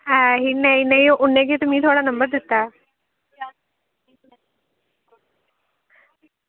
ऐ नेईं नेईं उन्ने गै ते मिगी थुआढ़ा नंबर दित्ता